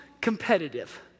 competitive